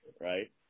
right